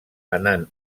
anant